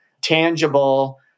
tangible